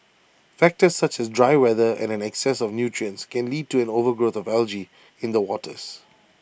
factors such as dry weather and an excess of nutrients can lead to an overgrowth of algae in the waters